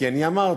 כי אני אמרתי,